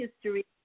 history